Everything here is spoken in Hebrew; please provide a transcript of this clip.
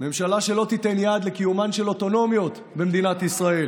ממשלה שלא תיתן יד לקיומן של אוטונומיות במדינת ישראל.